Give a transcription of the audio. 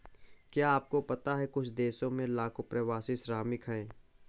क्या आपको पता है कुछ देशों में लाखों प्रवासी श्रमिक हैं?